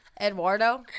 Eduardo